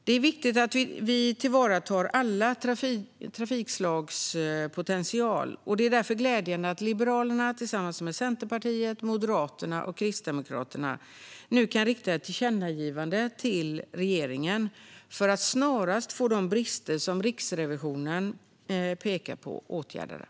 Det är viktigt att vi tillvaratar alla trafikslags potential, och det är därför glädjande att Liberalerna tillsammans med Centerpartiet, Moderaterna och Kristdemokraterna riktar ett tillkännagivande till regeringen för att snarast få de brister som Riksrevisionen pekat på åtgärdade.